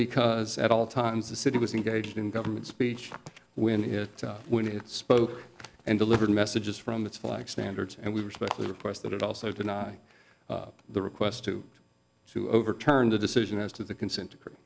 because at all times the city was engaged in government speech when it when it spoke and delivered messages from its like standards and we respectfully request that it also deny the request to to overturn the decision as to the consent decree